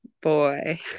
boy